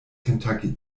kentucky